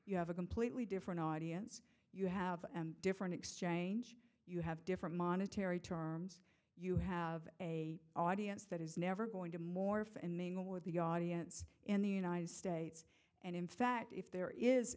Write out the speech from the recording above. you have a completely different audience you have different exchange you have different monetary terms you have a audience that is never going to morph in the audience in the united states and in fact if there is